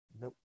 Nope